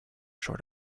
short